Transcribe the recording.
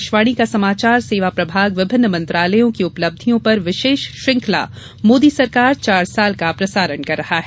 आकाशवाणी का समाचार सेवा प्रभाग विभिन्न मंत्रालयों की उपलब्धियों पर विशेष श्रंखला मोदी सरकार चार साल का प्रसारण कर रहा है